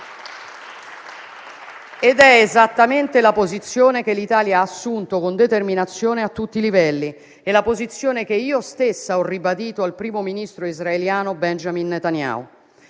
è esattamente la posizione che l'Italia ha assunto con determinazione a tutti i livelli, la posizione che io stessa ho ribadito al primo ministro israeliano Benjamin Netanyahu.